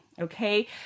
okay